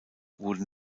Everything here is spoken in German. wurden